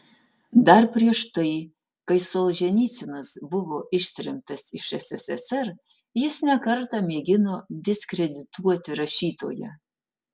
dar prieš tai kai solženicynas buvo ištremtas iš sssr jis ne kartą mėgino diskredituoti rašytoją